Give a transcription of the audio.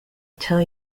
tell